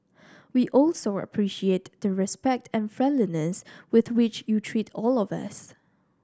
we also appreciate the respect and friendliness with which you treat all of us